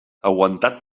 aguantat